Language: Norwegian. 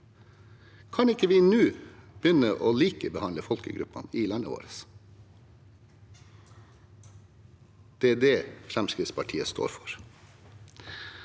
Kan vi ikke nå begynne å likebehandle folkegruppene i landet vårt? Det er det Fremskrittspartiet står for.